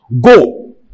go